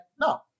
No